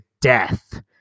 death